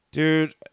Dude